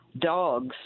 dogs